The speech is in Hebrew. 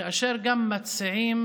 כאשר גם מציעים